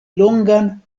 longan